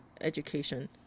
education